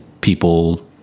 people